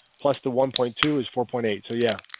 plus two one point two. is four point eight so yeah,